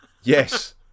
Yes